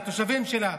לתושבים שלה,